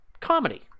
comedy